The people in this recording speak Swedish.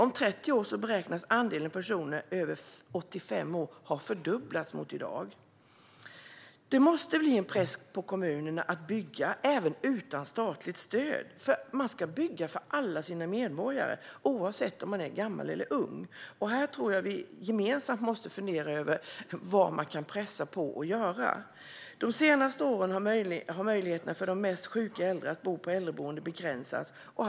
Om 30 år beräknas andelen personer över 85 år ha fördubblats mot i dag. Det måste bli press på kommunerna att bygga även utan statligt stöd. De ska bygga för alla sina invånare, oavsett om dessa är gamla eller unga. Jag tror att vi gemensamt måste fundera över vad som går att pressa kommunerna att göra. De senaste åren har möjligheterna för de mest sjuka äldre att bo på äldreboende begränsats.